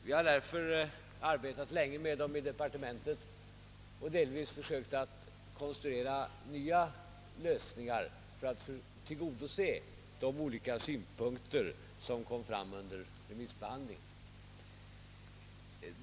Vi har därför arbetat länge med dem i departementet och delvis försökt konstruera nya lösningar för att tillgodose de olika synpunkter som framkom vid remissbehandlingen.